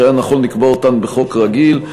שהיה נכון לקבוע אותן בחוק רגיל.